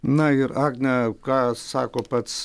na ir agne ką sako pats